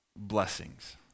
blessings